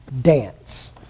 dance